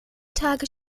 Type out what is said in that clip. tage